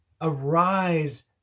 Arise